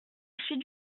suite